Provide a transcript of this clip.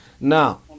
Now